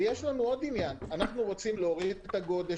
ויש לנו עוד עניין אנחנו רוצים להוריד את הגודש.